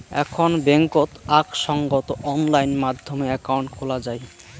এখন বেংকত আক সঙ্গত অনলাইন মাধ্যমে একাউন্ট খোলা যাই